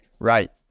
Right